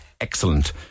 excellent